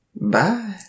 Bye